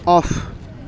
off